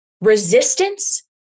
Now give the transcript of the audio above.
resistance